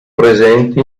presenti